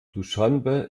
duschanbe